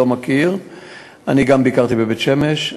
אני גם ביקרתי בבית-שמש,